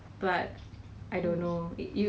fifty percent higher than that the volume